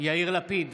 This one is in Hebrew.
יאיר לפיד,